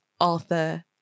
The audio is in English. Arthur